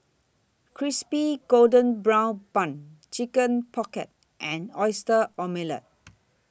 Crispy Golden Brown Bun Chicken Pocket and Oyster Omelette